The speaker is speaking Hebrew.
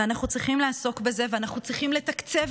ואנחנו צריכים לעסוק בזה ואנחנו צריכים לתקצב